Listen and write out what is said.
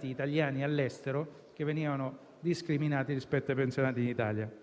italiani all'estero, che venivano discriminati rispetto ai pensionati in Italia.